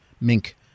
mink